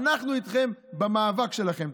אנחנו איתכן במאבק שלכן.